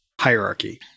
hierarchy